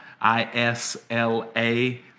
I-S-L-A